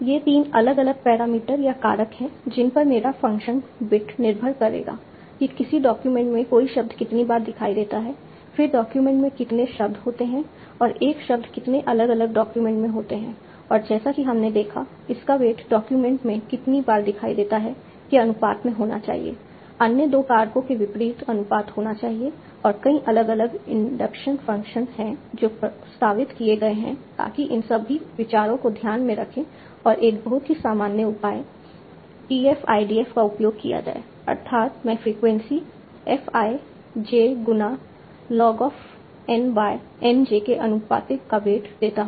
ये 3 अलग अलग पैरामीटर या कारक हैं जिन पर मेरा फ़ंक्शन बिट निर्भर करेगा कि किसी डॉक्यूमेंट में कोई शब्द कितनी बार दिखाई देता है फिर डॉक्यूमेंट में कितने शब्द होते हैं और एक शब्द कितने अलग अलग डॉक्यूमेंट में होते हैं और जैसा कि हमने देखा इसका वेट डॉक्यूमेंट में कितनी बार दिखाई देता है के अनुपात में होना चाहिए अन्य 2 कारकों के विपरीत अनुपात होना चाहिए और कई अलग अलग इंडक्शन फ़ंक्शन हैं जो प्रस्तावित किए गए हैं ताकि इन सभी विचारों को ध्यान में रखें और एक बहुत ही सामान्य उपाय TF IDF का उपयोग किया जाए अर्थात मैं फ्रीक्वेंसी F i j गुना log of n by n j के आनुपातिक का वेट देता हूं